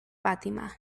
fatima